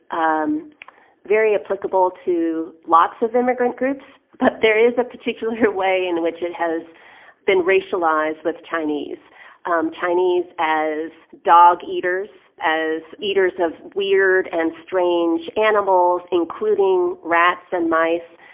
um very applicable to lots of immigrant groups. but there is a particular way in which it has been racialized with chinese um chinese as dog-eaters, as eaters of weird and strange animals, including rats and mice.